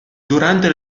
durante